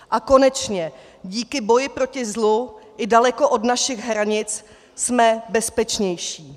A konečně díky boji proti zlu i daleko od našich hranic jsme bezpečnější.